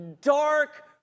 dark